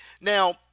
Now